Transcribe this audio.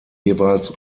jeweils